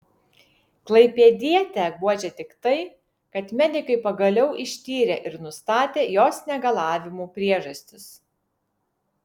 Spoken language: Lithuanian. klaipėdietę guodžia tik tai kad medikai pagaliau ištyrė ir nustatė jos negalavimų priežastis